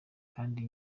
kandi